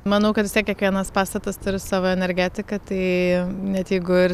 manau kad vis tiek kiekvienas pastatas turi savo energetiką tai net jeigu ir